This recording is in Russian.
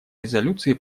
резолюции